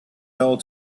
fell